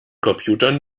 computern